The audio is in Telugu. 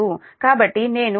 కాబట్టి నేను పొరపాటున 1